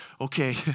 okay